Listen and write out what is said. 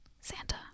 Santa